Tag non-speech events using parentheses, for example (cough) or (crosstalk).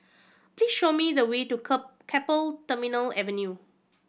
please show me the way to (unintelligible) Keppel Terminal Avenue